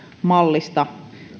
mallista